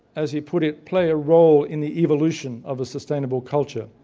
as he put it, play a role in the evolution of a sustainable culture.